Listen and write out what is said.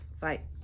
fight